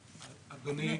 אדוני,